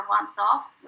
once-off